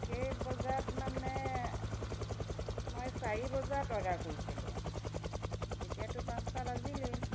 কেইবজাত মানে মই চাৰি বজাত অৰ্ডাৰ কৰিছিলোঁ এতিয়াতো পাঁচটা বাজিলেই